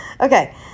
Okay